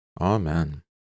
Amen